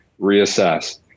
reassess